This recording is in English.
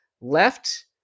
left